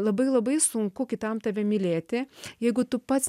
labai labai sunku kitam tave mylėti jeigu tu pats